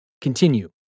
Continue